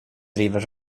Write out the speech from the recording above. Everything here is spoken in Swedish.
driver